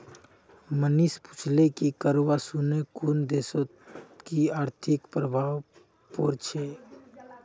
मनीष पूछले कि करवा सने कुन देशत कि आर्थिक प्रभाव पोर छेक